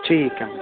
ਠੀਕ ਹੈ